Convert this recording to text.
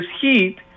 heat